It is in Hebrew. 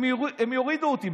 הם יורידו אותי,